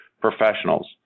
Professionals